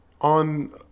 on